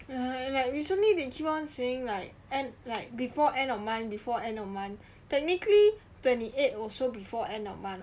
ya and like recently they keep on saying like end like before end of month before end of month technically twenty eighth also before end of month